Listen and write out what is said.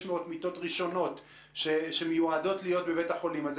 מיטות ראשונות שמיועדות להיות בבית החולים הזה.